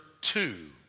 two